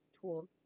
tools